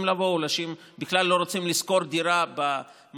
לבוא או לאנשים שבכלל לא רוצים לשכור דירה במקום